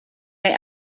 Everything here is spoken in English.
may